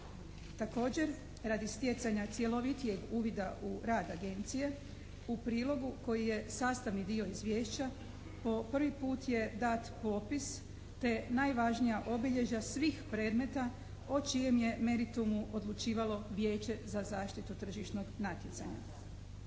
Također radi stjecanja cjelovitijeg uvida u rad agencije u prilogu koji je sastavni dio izvješća, po prvi put je dat popis te najvažnija obilježja svih predmeta o čijem je meritumu odlučivalo Vijeće za zaštitu tržišnog natjecanja.